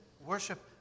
worship